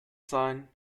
sein